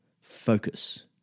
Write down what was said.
focus